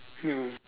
ya